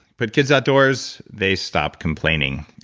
put kids outdoors. they stop complaining.